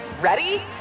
Ready